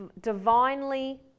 divinely